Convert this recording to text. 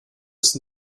ist